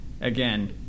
Again